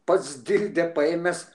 pats dildę paėmęs